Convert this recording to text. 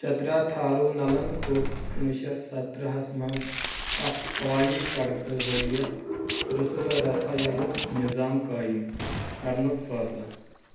چترا تھرونلن کوٚر کُنوُہ شیٚتھ ستتٕرہس منٛز اکھ عوامی سڑکہِ ذٔریعہِ رسلو رسایلُک نظام قٲیم کرنُک فٲصلہٕ